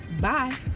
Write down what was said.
Bye